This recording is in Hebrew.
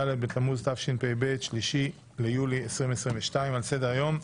ד' בתמוז תשפ"ב, 3 ביולי 2022. על סדר-היום: